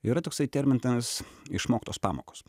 yra toksai terminas išmoktos pamokos